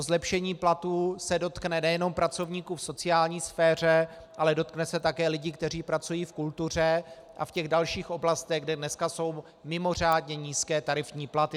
Zlepšení platů se dotkne nejenom pracovníků v sociální sféře, ale dotkne se také lidí, kteří pracují v kultuře a v těch dalších oblastech, kde dneska jsou mimořádně nízké tarifní platy.